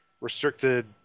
restricted